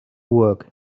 work